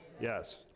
Yes